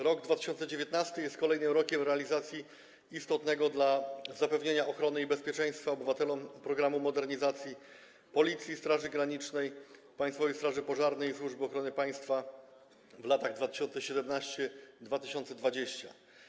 Rok 2019 jest kolejnym rokiem realizacji istotnego dla zapewnia ochrony i bezpieczeństwa obywateli „Programu modernizacji Policji, Straży Granicznej, Państwowej Straży Pożarnej i Służby Ochrony Państwa w latach 2017-2020”